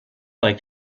like